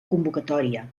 convocatòria